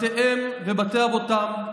בתיהם ובתי אבותיהם,